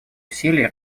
усилий